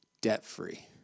debt-free